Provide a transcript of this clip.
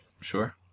Sure